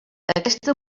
aquesta